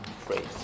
phrase